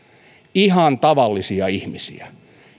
ihan tavallisia ihmisiä